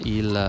il